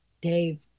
Dave